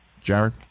Jared